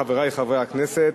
חברי חברי הכנסת,